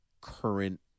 current